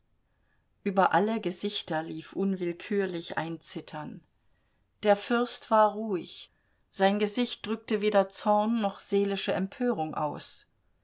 über alle gesichter lief unwillkürlich ein zittern der fürst war ruhig sein gesicht drückte weder zorn noch seelische empörung aus